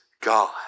God